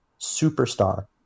superstar